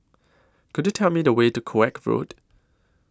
Could YOU Tell Me The Way to Koek Road